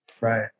Right